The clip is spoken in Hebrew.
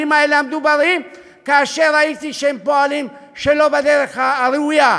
בנמלים האלה המדוברים כאשר ראיתי שהם פועלים שלא בדרך הראויה.